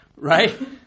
Right